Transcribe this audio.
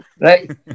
Right